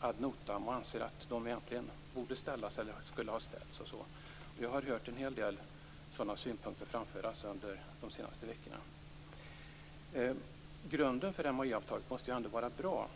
ad notam och anser att de egentligen borde ställas eller borde ha ställts osv. Vi har hört en hel del sådana synpunkter framföras under de senaste veckorna. Grunden för MAI-avtalet måste ändå vara bra.